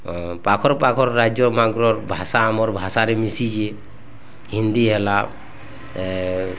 ପାଖର୍ ପାଖର୍ ରାଜ୍ୟମାନଙ୍କର୍ ଭାଷା ଆମର୍ ଭାଷାରେ ମିଶିଛି ହିନ୍ଦୀ ହେଲା ଏ